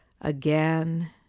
again